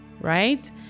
right